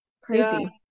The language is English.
crazy